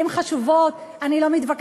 הן חשובות, אני לא מתווכחת.